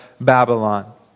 Babylon